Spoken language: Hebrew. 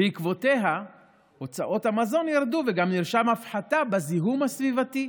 שבעקבותיה הוצאות המזון ירדו וגם נרשמה הפחתה בזיהום הסביבתי.